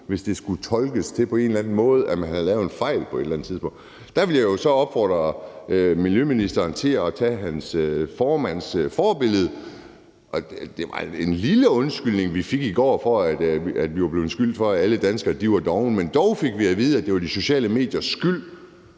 hvis det skulle tolkes, som om man på en eller anden måde havde lavet en fejl på et eller andet tidspunkt. Der vil jeg jo så opfordre miljøministeren til at tage sin formand som forbillede. Det var en lille undskyldning, vi fik i går, for, at vi var blevet beskyldt for, at alle danskere var dovne, men dog fik vi at vide, at det var de sociale mediers skyld,